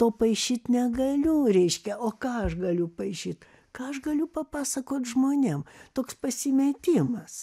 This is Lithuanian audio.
to paišyt negaliu reiškia o ką aš galiu paišyt ką aš galiu papasakot žmonėm toks pasimetimas